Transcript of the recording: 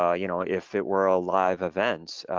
ah you know if it were a live event,